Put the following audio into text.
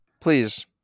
please